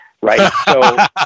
right